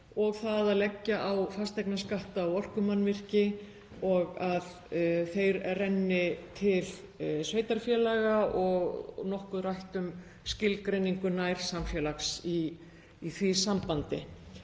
og það að leggja fasteignaskatta á orkumannvirki og að þeir renni til sveitarfélaga, og var nokkuð rætt um skilgreiningu nærsamfélags í því sambandi.